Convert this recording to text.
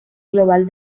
global